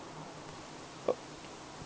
uh